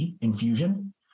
infusion